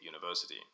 University